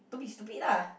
don't be stupid lah